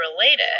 related